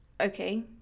okay